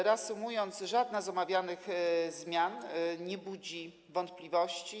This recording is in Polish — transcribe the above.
Reasumując, żadna z omawianych zmian nie budzi wątpliwości.